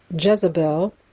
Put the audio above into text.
Jezebel